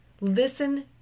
Listen